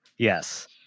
Yes